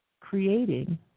creating